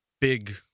big